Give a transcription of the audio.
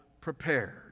prepared